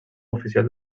oficial